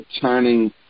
turning